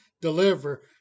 deliver